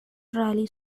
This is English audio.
rally